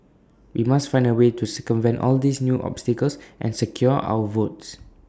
we must find A way to circumvent all these new obstacles and secure our votes